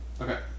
Okay